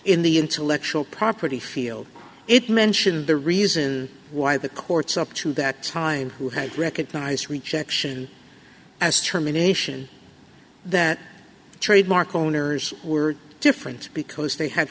in the intellectual property field it mentioned the reason why the courts up to that time who had recognized rejection as terminations that trademark owners were different because they ha